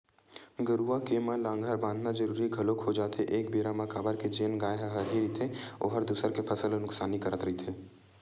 गरुवा के म लांहगर बंधाना जरुरी घलोक हो जाथे एक बेरा म काबर के जेन गाय ह हरही रहिथे ओहर दूसर के फसल ल नुकसानी करत रहिथे